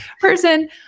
person